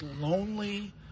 lonely